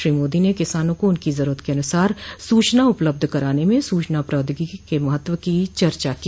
श्री मोदी ने किसानों को उनकी जरूरत के अनुसार सूचना उपलब्ध कराने में सूचना प्रौद्योगिकी के महत्व की चर्चा की